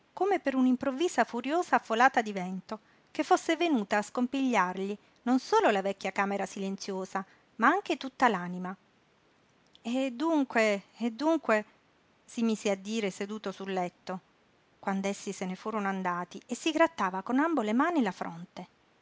come per una improvvisa furiosa folata di vento che fosse venuta a scompigliargli non solo la vecchia camera silenziosa ma anche tutta l'anima e dunque e dunque si mise a dire seduto sul letto quand'essi se ne furono andati e si grattava con ambo le mani la fronte